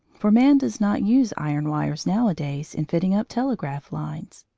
for man does not use iron wires nowadays in fitting up telegraph lines.